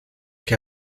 que